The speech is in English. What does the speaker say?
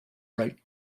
write